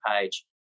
page